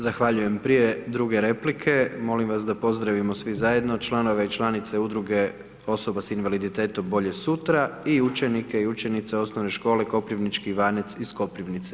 Zahvaljujem, prije druge replike, molim vas da pozdravimo svi zajedno članove i članice Udruge osoba s invaliditetom Bolje sutra i učenike i učenice Osnovne škole Koprivnički Ivanec iz Koprivnice.